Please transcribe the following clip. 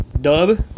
dub